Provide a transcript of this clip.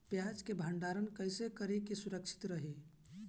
प्याज के भंडारण कइसे करी की सुरक्षित रही?